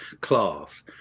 class